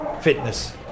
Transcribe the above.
fitness